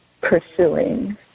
pursuing